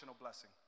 blessing